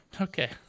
Okay